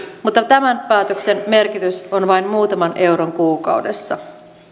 mutta tämän päätöksen merkitys on vain muutama euro kuukaudessa